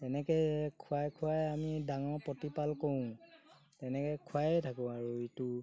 এনেকৈ খুৱাই খুৱাই আমি ডাঙৰ প্ৰতিপাল কৰোঁ তেনেকৈ খুৱাইয়ে থাকোঁ আৰু ইটো